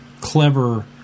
clever